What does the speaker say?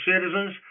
citizens